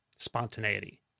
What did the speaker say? spontaneity